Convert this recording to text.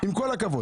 עם כל הכבוד,